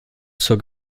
zur